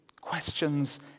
Questions